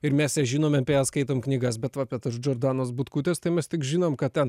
ir mes ją žinom apie ją skaitom knygas bet va apie tas džordanos butkutės tai mes tik žinom kad ten